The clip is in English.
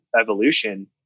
evolution